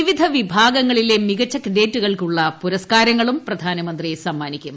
വിവിധ വിഭാഗങ്ങളിലെ മികച്ച കേഡറ്റുകൾക്കുള്ള പുരസ്കാരങ്ങളും പ്രധാനമന്ത്രി സമ്മാനിക്കും